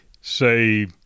say